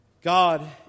God